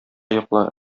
йокла